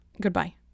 Goodbye